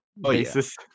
basis